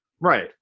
Right